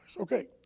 Okay